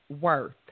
worth